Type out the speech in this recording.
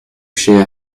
chères